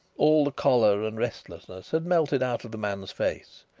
all the choler and restlessness had melted out of the man's face.